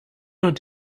und